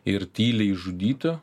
ir tyliai žudyti